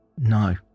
No